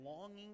longing